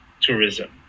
tourism